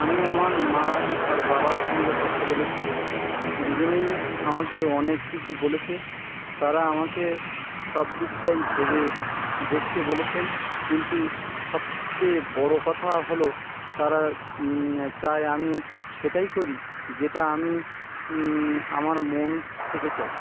আমি আমার মা আর বাবার সঙ্গে কথা বলেছি দুজনেই আমাকে অনেক কিছু বলেছে তারা আমাকে সব দিকটাই ভেবে দেখতে বলেছেন কিন্তু সবচেয়ে বড়ো কথা হলো তারা চায় আমি সেটাই করি যেটা আমি আমার মন থেকে চাই